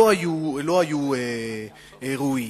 לא היו ראויים.